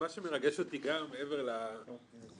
מה שמרגש אותי גם מעבר ליצירתיות,